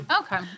Okay